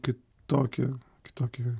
kitokį kitokį